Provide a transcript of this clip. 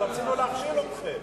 רצינו להכשיל אתכם.